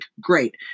great